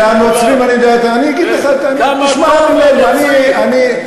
שהנוצרים, אני יודע, אני אגיד לך את האמת.